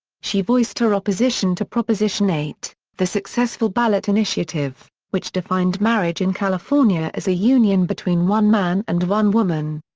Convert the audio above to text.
she voiced her opposition to proposition eight, the successful ballot initiative, which defined marriage in california as a union between one man and one woman.